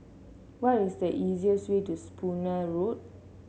what is the easiest way to Spooner Road